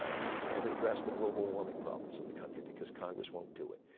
you can't address the global warming problems of the country because congress won't do it.